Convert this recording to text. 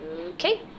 Okay